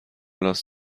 کلاس